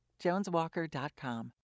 Joneswalker.com